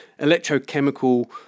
electrochemical